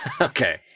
Okay